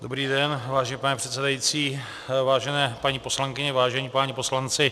Dobrý den, vážený pane předsedající, vážené paní poslankyně, vážení páni poslanci.